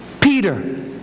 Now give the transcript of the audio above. Peter